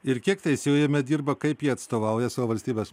ir kiek teisėjų jame dirba kaip jie atstovauja savo valstybes